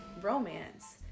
romance